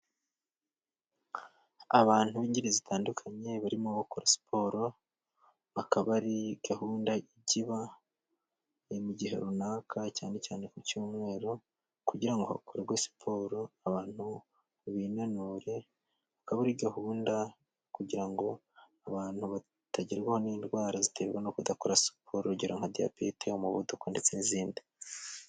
Abantu b'ingeri zitandukanye barimo bakora siporo bakaba ari gahunda ijya iba mu gihe runaka cyane cyane ku cyumweru kugira ngo hakorwe siporo abantu binanure. Akaba ari gahunda kugira ngo abantu batagerwaho n'indwara ziterwa no kudakora siporo urugero nka diyabete, umuvuduko ndetse n'izindi.